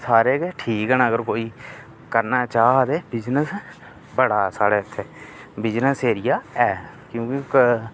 सारे के ठीक न अगर कोई करना चा ते बिजनेस बड़ा साढ़े इत्थै बिजनेस एरिया ऐ क्योंकि